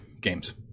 games